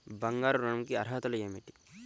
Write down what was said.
బంగారు ఋణం కి అర్హతలు ఏమిటీ?